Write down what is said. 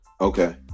Okay